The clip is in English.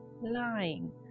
lying